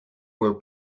were